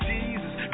Jesus